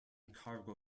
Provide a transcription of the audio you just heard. cargo